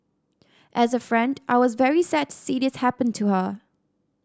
as a friend I was very sad to see this happen to her